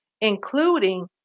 including